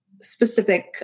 specific